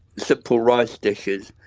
simple rice dishes.